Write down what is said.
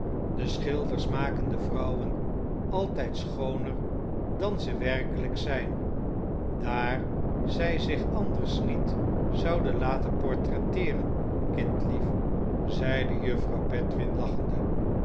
de schilders maken de vrouwen altijd schooner dan ze werkelijk zijn daar zij zich anders niet zouden laten portretteeren kindlief zeide juffrouw bedwin lachende